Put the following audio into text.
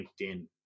LinkedIn